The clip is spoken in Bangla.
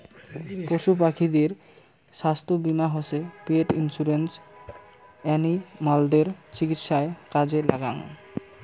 পশু পাখিদের ছাস্থ্য বীমা হসে পেট ইন্সুরেন্স এনিমালদের চিকিৎসায় কাজে লাগ্যাঙ